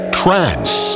trance